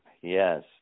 Yes